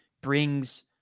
brings